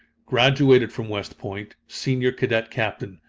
graduated from west point, senior cadet captain.